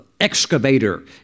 excavator